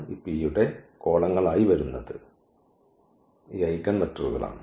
ഈ P യുടെ കോളങ്ങൾ ആയി വരുന്നത് ഈ ഐഗൻവെക്റ്ററുകൾ ആണ്